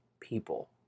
people